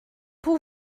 pour